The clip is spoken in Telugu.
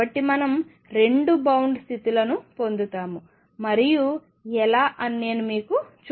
కాబట్టిమనం రెండు కట్టుబడి బౌండ్ స్థితులను పొందుతాము మరియు ఎలా అని నేను మీకు చూపుతాను